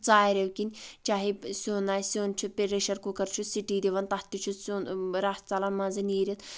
ژارٮ۪و کِنۍ چاہے سیُن آسہِ سیُن چھُ پریشر کُکر چھُ سِٹی دِوان تتھ تہِ چھُ سیُن رَتھ ژَلن منٛزٕ نیٖرِتھ